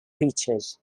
features